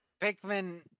Pikmin